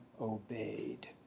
obeyed